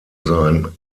sein